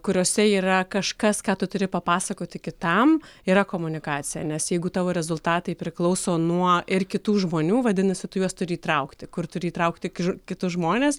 kuriose yra kažkas ką tu turi papasakoti kitam yra komunikacija nes jeigu tavo rezultatai priklauso nuo ir kitų žmonių vadinasi tu juos turi įtraukti kur turi įtraukti kitus žmones